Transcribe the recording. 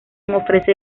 ofrece